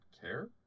care